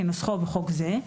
כנוסחו בחוק זה,